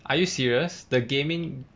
are you serious the gaming